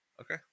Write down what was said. okay